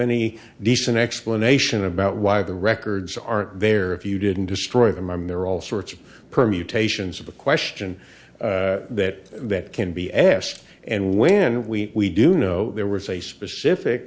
any decent explanation about why the records are there if you didn't destroy them i mean there are all sorts of permutations of a question that that can be asked and when we do know there was a specific